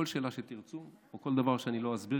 בכל שאלה שתרצו או בכל דבר שאני לא אסביר